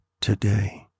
today